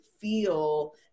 feel